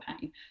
pain